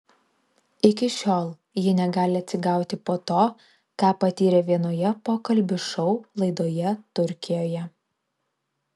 iki šiol ji negali atsigauti po to ką patyrė vienoje pokalbių šou laidoje turkijoje